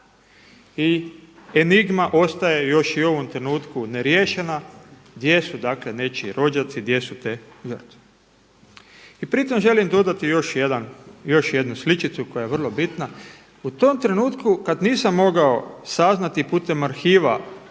I enigma ostaje još i u ovom trenutku ne riješena, gdje su nečiji rođaci, gdje su te … I pri tom želim dodati još jednu sličicu koja je vrlo bitna, u tom trenutku kada nisam mogao saznati putem arhiva